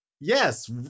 yes